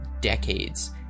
decades